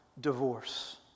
divorce